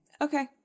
okay